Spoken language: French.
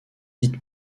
hit